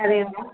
अरे वाह